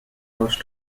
rose